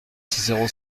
zéro